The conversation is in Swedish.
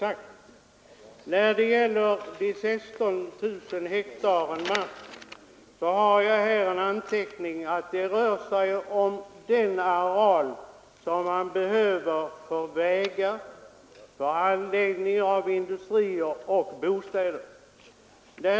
Beträffande uppgiften 16 000 hektar mark har jag här en anteckning om att det är den areal som man behöver för vägar, för anläggningar av industrier och bostäder.